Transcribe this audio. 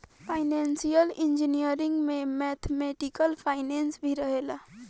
financial engineering में mathematical finance भी रहेला